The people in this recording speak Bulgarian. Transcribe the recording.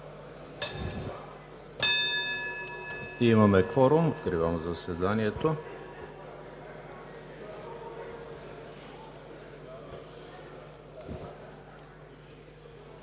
Имаме кворум. Откривам заседанието.